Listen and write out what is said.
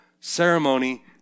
ceremony